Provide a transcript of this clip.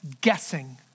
guessing